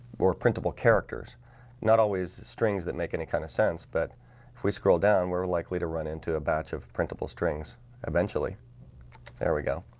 more printable characters not always strings that make any kind of sense but if we scroll down we're likely to run into a batch of printable strings eventually there we go.